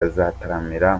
azataramira